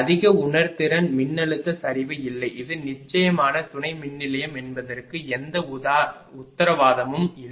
அதிக உணர்திறன் மின்னழுத்த சரிவு இல்லை இது நிச்சயமாக துணை மின்நிலையம் என்பதற்கு எந்த உத்தரவாதமும் இல்லை